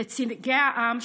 נציגי העם,